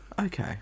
Okay